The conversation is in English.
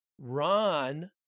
Ron